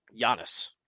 Giannis